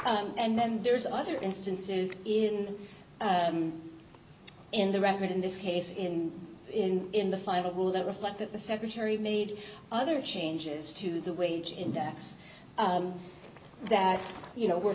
final and then there's other instances in in the record in this case in in in the final rule that reflect that the secretary made other changes to the wage index that you know were